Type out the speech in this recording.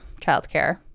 childcare